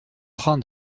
train